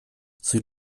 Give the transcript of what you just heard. sie